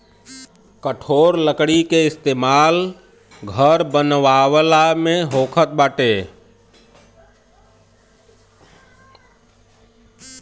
कठोर लकड़ी के इस्तेमाल घर बनावला में होखत बाटे